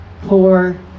poor